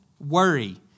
worry